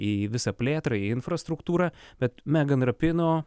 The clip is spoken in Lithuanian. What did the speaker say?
į visą plėtrą į infrastruktūrą bet megan rapino